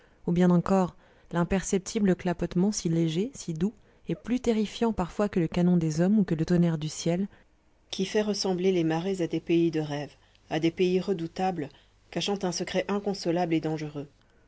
ou bien encore l'imperceptible clapotement si léger si doux et plus terrifiant parfois que le canon des hommes ou que le tonnerre du ciel qui fait ressembler les marais à des pays de rêve à des pays redoutables cachant un secret inconnaissable et dangereux